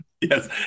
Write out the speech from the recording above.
Yes